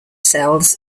cells